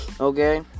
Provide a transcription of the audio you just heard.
okay